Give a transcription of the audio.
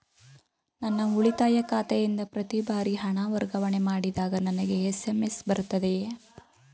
ನನ್ನ ಉಳಿತಾಯ ಖಾತೆಯಿಂದ ಪ್ರತಿ ಬಾರಿ ಹಣ ವರ್ಗಾವಣೆ ಮಾಡಿದಾಗ ನನಗೆ ಎಸ್.ಎಂ.ಎಸ್ ಬರುತ್ತದೆಯೇ?